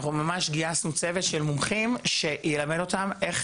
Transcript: אנחנו ממש גייסנו צוות של מומחים שילמד אותן איך